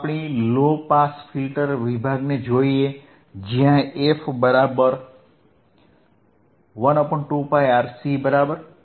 પ્રથમ આપણી low pass filter વિભાગને જોઈએ જ્યાં f 12πRC બરાબર